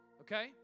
okay